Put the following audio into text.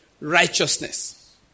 Righteousness